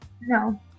no